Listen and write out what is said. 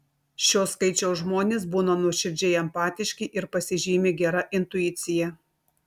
šio skaičiaus žmonės būna nuoširdžiai empatiški ir pasižymi gera intuicija